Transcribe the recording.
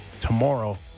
tomorrow